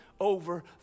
over